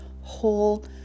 whole